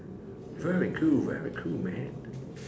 very cool very cool man